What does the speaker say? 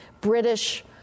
British